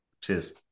Cheers